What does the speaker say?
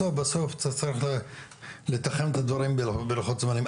בסוף בסוף, צריך לתכנן את הדברים בלוחות זמנים.